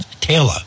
Taylor